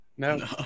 No